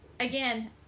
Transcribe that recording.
Again